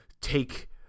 take